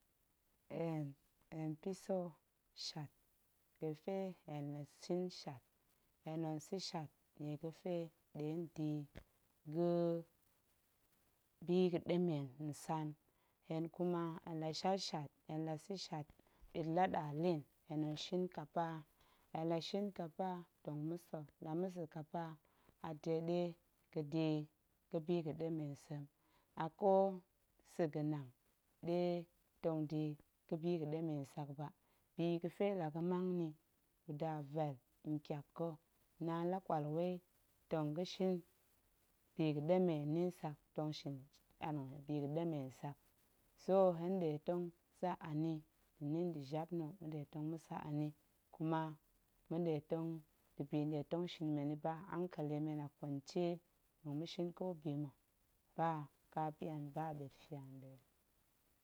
Hen hen piso shiat, ga̱pe hen la shin shiat, hen tong sa̱ shiat nie ga̱pe nɗe tong da̱ yi ga̱ biga̱ɗemen nsan, hen kuma hen la shiat shiat, hen la sa̱ shiat ɓit la ɗalin, hen tong shin kapa, hen la shin kapa tong ma̱sa̱, la ma̱sa̱ kapa a de ɗe ga̱da̱ yi ga̱ biga̱ɗemen nsem, a ƙo sa̱ ga̱nang ɗe tong da̱ yi ga̱ biga̱ɗemen nsak ba, bi ga̱pe la ga̱mang ni guda vel ntyak ga̱, naan la ƙwal wai tong ga̱shin biga̱ɗemen nsak, tong shin biga̱ɗemen nsak, so hen nɗe tong sa̱ a ni nda̱ ni nda̱ na̱ ma̱nɗe tong ma̱sa̱ a ni, kuma ma̱nɗe tong nda̱ bi nɗe tong shin men yi ba, hankeli men a kwance tong ma̱shin ƙo bima̱ ba ƙapian ba ɓetfia nɗa̱a̱n.